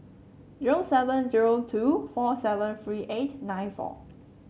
zero seven zero two four seven three eight nine four